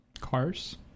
cars